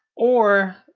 or,